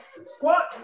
Squat